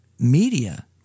Media